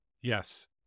yes